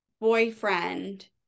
boyfriend